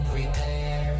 repair